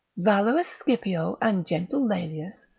valorous scipio and gentle laelius,